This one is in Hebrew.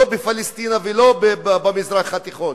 לא בפלסטינה ולא במזרח התיכון.